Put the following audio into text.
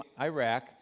Iraq